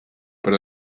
per